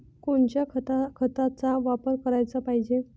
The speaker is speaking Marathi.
कोनच्या खताचा वापर कराच पायजे?